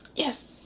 yes,